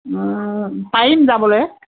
অঁ পাৰিম যাবলৈ